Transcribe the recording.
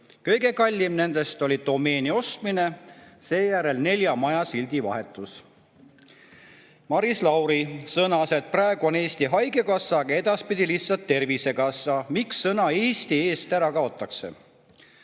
Kõige kallim oli domeeni ostmine ja järgmine kulu oli nelja maja sildi vahetus. Maris Lauri sõnas, et praegu on Eesti Haigekassa, aga edaspidi lihtsalt Tervisekassa. Miks sõna "Eesti" eest ära kaotatakse?